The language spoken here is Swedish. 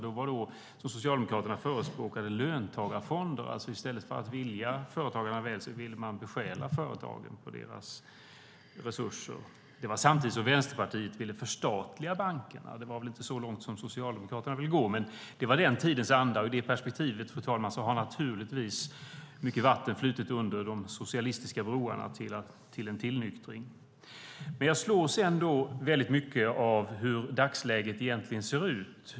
Det var då Socialdemokraterna förespråkade löntagarfonder. I stället för att vilja företagarna väl ville man ta företagens resurser ifrån dem. Det var samtidigt som Vänsterpartiet ville förstatliga bankerna. Det var kanske inte så långt som Socialdemokraterna ville gå. Men det var den tidens anda. I detta perspektiv, fru talman, har naturligtvis mycket vatten flutit under de socialistiska broarna, och det har blivit en tillnyktring. Jag slås ändå mycket av hur dagsläget egentligen ser ut.